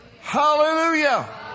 Hallelujah